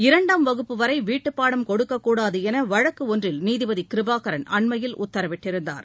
இரண்டாம் வகுப்பு வரை வீட்டுப்பாடம் கொடுக்கக்கூடாது என வழக்கு ஒன்றில் நீதிபதி கிருபாகரன் அண்மையில் உத்தரவிட்டிருந்தார்